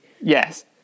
yes